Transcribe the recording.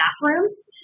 bathrooms